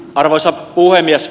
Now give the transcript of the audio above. arvoisa puhemies